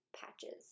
patches